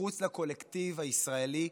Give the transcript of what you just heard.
מחוץ לקולקטיב הישראלי,